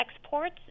exports